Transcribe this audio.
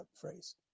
phrase